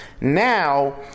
now